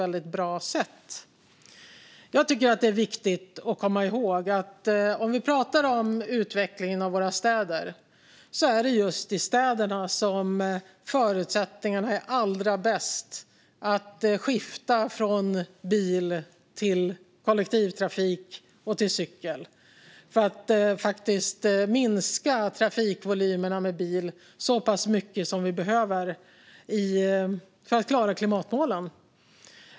När vi pratar om utvecklingen av våra städer tycker jag att det är viktigt att komma ihåg att det är just i städerna som förutsättningarna är allra bäst att skifta från bil till kollektivtrafik och till cykel för att minska trafikvolymerna för bil så pass mycket som vi behöver för att klara klimatmålen.